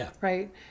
right